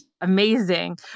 Amazing